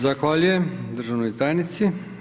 Zahvaljujem državnoj tajnici.